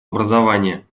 образование